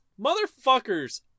Motherfuckers